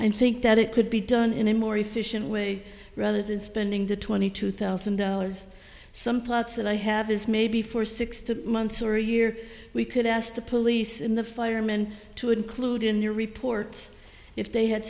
and think that it could be done in a more efficient way rather than spending the twenty two thousand dollars some plots that i have is maybe for six months or a year we could ask the police in the firemen to include in your report if they had